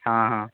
ହଁ ହଁ